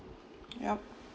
yup